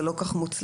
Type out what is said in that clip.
זה לא כל כך מוצלח.